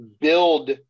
build